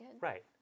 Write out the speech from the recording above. Right